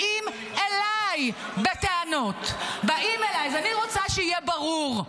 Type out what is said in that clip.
באים אליי בטענות -- אני חוזר להגיב.